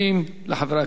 לחברי הכנסת,